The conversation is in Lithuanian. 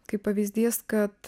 kaip pavyzdys kad